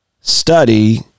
study